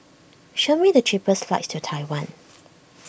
show me the cheapest flights to Taiwan